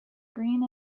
green